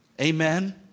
Amen